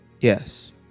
Yes